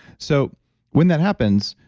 so when that happens,